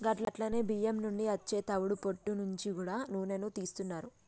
గట్లనే బియ్యం నుండి అచ్చే తవుడు పొట్టు నుంచి గూడా నూనెను తీస్తున్నారు